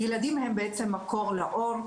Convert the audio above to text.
ילדים הם בעצם מקור לאור,